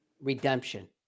Redemption